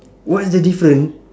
what's the different